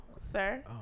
sir